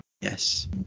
Yes